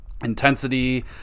intensity